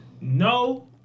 No